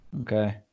Okay